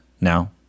Now